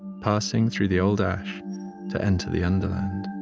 passing through the old ash to enter the underland.